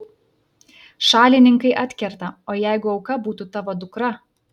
šalininkai atkerta o jeigu auka būtų tavo dukra